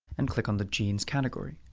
and click on the genes category.